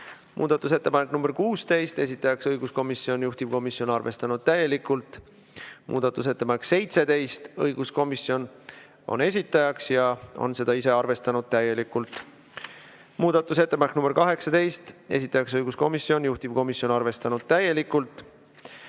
Muudatusettepanek nr 16, esitajaks õiguskomisjon, juhtivkomisjon on arvestanud täielikult. Muudatusettepanek nr 17, õiguskomisjon on esitajaks ja on seda ise arvestanud täielikult. Muudatusettepanek nr 18, esitajaks õiguskomisjon, juhtivkomisjon on arvestanud täielikult.